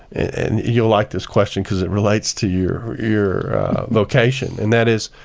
and you'll like this question, because it relates to your your vocation, and that is,